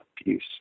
abuse